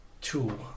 Two